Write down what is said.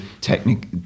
technique